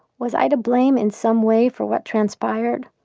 was i to blame, in some way, for what transpired?